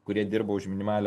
kurie dirba už minimalią